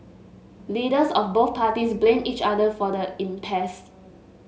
leaders of both parties blamed each other for the impasse